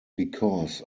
because